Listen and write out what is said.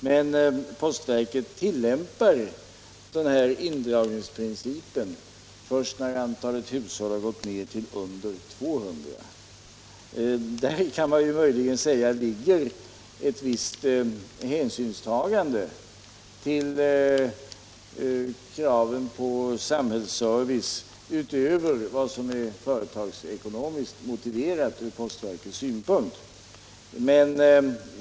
Men postverket tillämpar indragningsprincipen först när antalet hushåll har gått ned till under 200. Däri kan man säga ligger ett visst hänsynstagande till kravet på samhällsservice utöver vad som är företagsekonomiskt motiverat från postverkets synpunkt.